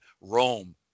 Rome